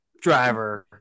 driver